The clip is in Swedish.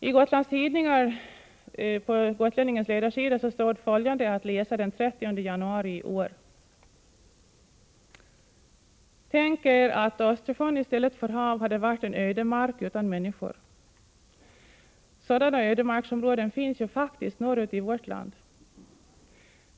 I Gotlands Tidningar, på Gotlänningens ledarsida, stod följande att läsa den 30 januari i år: ”Tänk er att Östersjön i stället för hav hade varit en ödemark utan människor. Sådana ödemarksområden finns ju faktiskt norr ut i vårt land.